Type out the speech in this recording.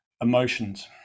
emotions